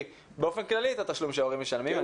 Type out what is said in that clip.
באופן כללי את התשלום שההורים משלמים.